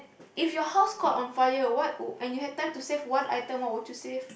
if your house caught on fire and you had time to save one item what would you save